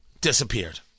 disappeared